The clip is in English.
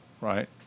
right